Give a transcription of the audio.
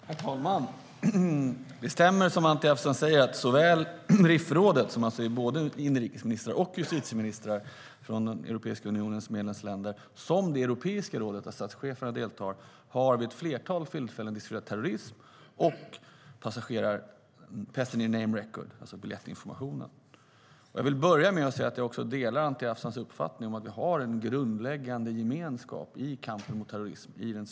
Herr talman! Det stämmer som Anti Avsan säger att såväl RIF-rådet, bestående av både inrikesministrar och justitieministrar från Europeiska unionens medlemsländer, som Europeiska rådet, där statscheferna deltar, vid ett flertal tillfällen har diskuterat terrorism och passenger name record, alltså biljettinformationen. Jag delar Anti Avsans uppfattning att flertalet partier i den svenska riksdagen har en grundläggande gemenskap i kampen mot terrorism.